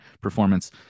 performance